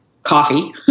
coffee